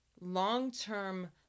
long-term